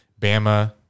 Bama